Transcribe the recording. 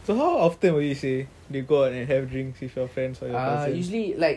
so how often will you say they go out and have drinks with your friends or your cousins